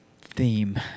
theme